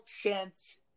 chance